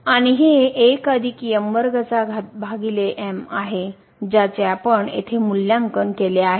आणि हे आहे ज्याचे आपण येथे मूल्यांकन केले आहे